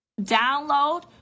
download